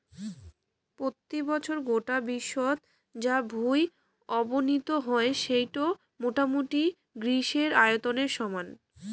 পত্যি বছর গোটা বিশ্বত যা ভুঁই অবনতি হই সেইটো মোটামুটি গ্রীসের আয়তনের সমান